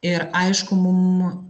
ir aišku mum